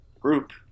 group